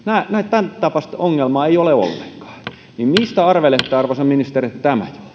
tämäntapaista ongelmaa ei ole ollenkaan mistä arvelette arvoisa ministeri että tämä